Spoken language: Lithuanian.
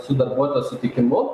su darbuotojo sutikimu